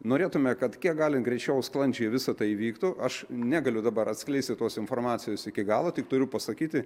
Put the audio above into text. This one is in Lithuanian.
norėtume kad kiek galint greičiau sklandžiai visa tai įvyktų aš negaliu dabar atskleisti tos informacijos iki galo tik turiu pasakyti